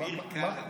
אביר קארה,